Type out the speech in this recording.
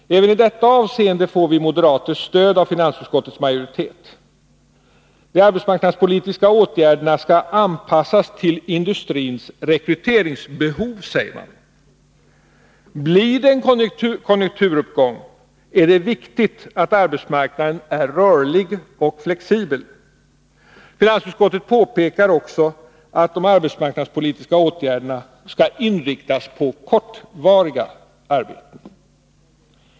Även i det avseendet får vi moderater stöd av finansutskottets majoritet. De arbetsmarknadspolitiska åtgärderna skall anpassas till industrins rekryteringsbehov, säger man. Blir det en konjunkturuppgång är det viktigt att arbetsmarknaden är flexibel. Finansutskottet påpekar också att de arbetsmarknadspolitiska åtgärderna skall inriktas på kortvariga arbeten.